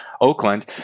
Oakland